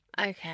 Okay